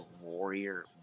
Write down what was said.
warrior